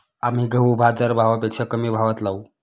आम्ही गहू बाजारभावापेक्षा कमी भावात लावू